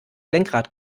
lenkrad